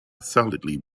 solidly